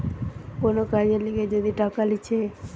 কোন কাজের লিগে যদি টাকা লিছে